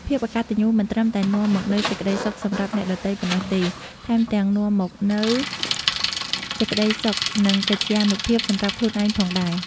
ភាពកត្តញ្ញូមិនត្រឹមតែនាំមកនូវសេចក្តីសុខសម្រាប់អ្នកដទៃប៉ុណ្ណោះទេ ថែមទាំងនាំមកនូវសេចក្តីសុខ និងកិត្យានុភាពសម្រាប់ខ្លួនឯងផងដែរ។